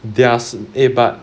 there's eh but